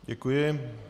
Děkuji.